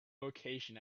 location